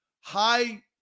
high